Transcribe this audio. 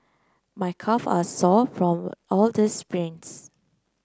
my calve are sore from all the sprints